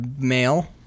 male